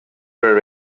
were